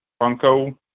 Funko